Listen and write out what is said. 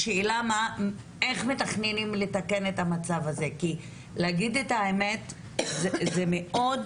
השאלה איך מתכננים לתקן את המצב הזה כי להגיד את האמת זה מאוד